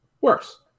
Worse